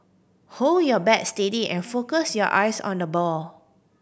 hold your bat steady and focus your eyes on the ball